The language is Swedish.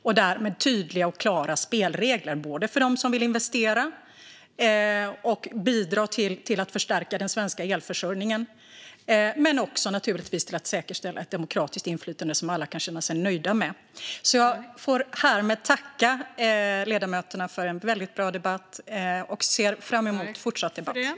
Då blir det tydliga och klara spelregler för dem som vill investera och bidra till att förstärka den svenska elförsörjningen samt för dem som vill säkerställa ett demokratiskt inflytande som alla kan känna sig nöjda med. Jag får härmed tacka ledamöterna för en bra debatt, och jag ser fram emot att få fortsätta debatten.